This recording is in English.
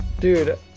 Dude